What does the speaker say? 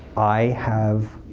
i have